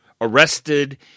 arrested